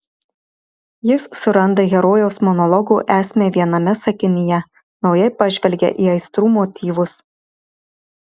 jis suranda herojaus monologo esmę viename sakinyje naujai pažvelgia į aistrų motyvus